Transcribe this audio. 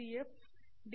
F D